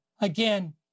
Again